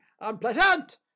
unpleasant